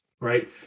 right